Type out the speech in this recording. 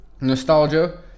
nostalgia